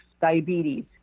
diabetes